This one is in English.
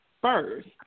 first